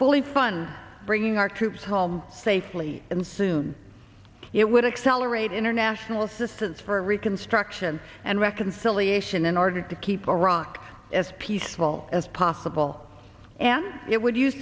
fully fund bringing our troops home safely and soon it would accelerate international assistance for reconstruction and reconciliation in order to keep iraq as peaceful as possible and it would use